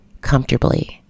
comfortably